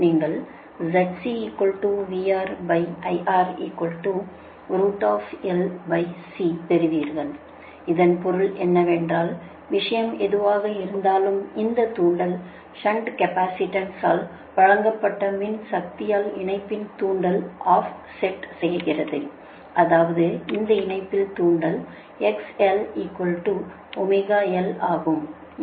நீங்கள் பெறுவீர்கள் இதன் பொருள் என்னவென்றால் விஷயம் எதுவாக இருந்தாலும் இந்த தூண்டல் ஷன்ட் கேப்பாசிட்டன்ஸ் ஆல் வழங்கப்பட்ட மின்சக்தியால் இணைப்பின் தூண்டல் ஆஃப் செட் செய்கிறது அதாவது இந்த இணைப்பின் தூண்டல் ஆகும்